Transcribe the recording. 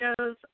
shows